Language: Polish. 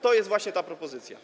To jest właśnie ta propozycja.